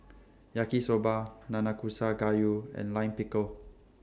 Yaki Soba Nanakusa Gayu and Lime Pickle